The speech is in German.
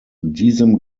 diesem